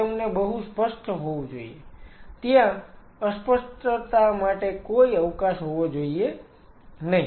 તે તમને બહુ સ્પષ્ટ હોવું જોઈએ ત્યાં અસ્પષ્ટતા માટે કોઈ અવકાશ હોવો જોઈએ નહીં